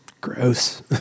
gross